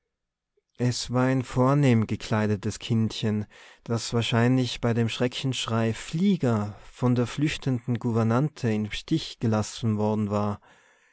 es war ein vornehm gekleidetes kindchen das wahrscheinlich bei dem schreckensschrei flieger von der flüchtenden gouvernante im stich gelassen worden war